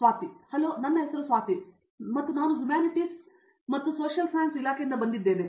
Swati hello ನನ್ನ ಹೆಸರು ಸ್ವಾತಿ ಮತ್ತು ನಾನು ಹ್ಯುಮಾನಿಟೀಸ್ ಮತ್ತು ಸಮಾಜ ವಿಜ್ಞಾನ ಇಲಾಖೆಯಿಂದ ಬಂದಿದ್ದೇನೆ